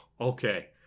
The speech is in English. okay